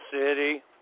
city